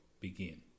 begin